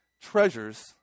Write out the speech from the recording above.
treasures